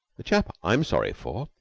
the chap i'm sorry for,